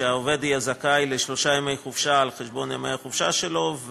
שהעובד יהיה זכאי לשלושה ימי חופשה על חשבון ימי החופשה שלו,